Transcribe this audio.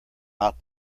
not